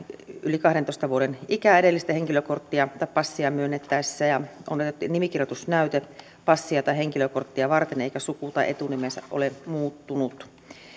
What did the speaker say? yli kahdentoista vuoden ikää edellistä henkilökorttia tai passia myönnettäessä ja sitä että on otettu nimikirjoitusnäyte passia tai henkilökorttia varten eikä suku tai etunimi ole muuttunut